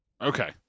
Okay